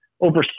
over